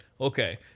Okay